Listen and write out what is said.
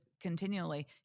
continually